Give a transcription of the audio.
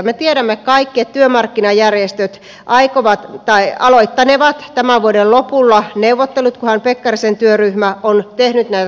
me tiedämme kaikki että työmarkkinajärjestöt aloittanevat tämän vuoden lopulla neuvottelut kunhan pekkarisen työryhmä on tehnyt näitä taustaselvityksiään